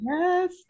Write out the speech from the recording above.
Yes